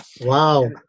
Wow